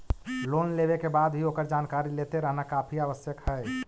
loan लेवे के बाद भी ओकर जानकारी लेते रहना काफी आवश्यक हइ